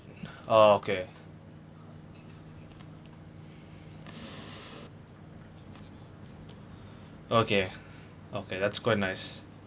oh okay okay okay that's quite nice